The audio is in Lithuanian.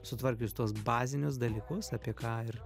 sutvarkius tuos bazinius dalykus apie ką ir